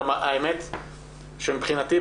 מבחינתי,